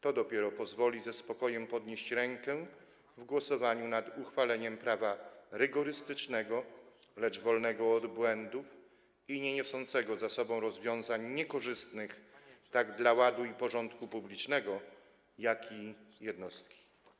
To dopiero pozwoli ze spokojem podnieść rękę w głosowaniu nad uchwaleniem prawa rygorystycznego, lecz wolnego od błędów i nieniosącego za sobą rozwiązań niekorzystnych zarówno dla ładu i porządku publicznego, jak i jednostki.